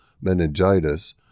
meningitis